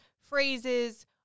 phrases